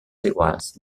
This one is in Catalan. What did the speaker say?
iguals